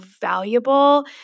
valuable